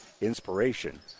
inspiration